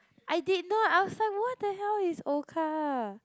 I did not I was like what the hell is orca